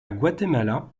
guatemala